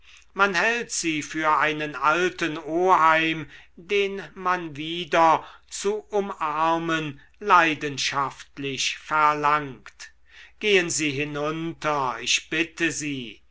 man hält sie für einen alten oheim den man wieder zu umarmen leidenschaftlich verlangt gehen sie hinunter ich bitte sind